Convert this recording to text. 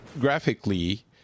graphically